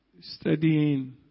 studying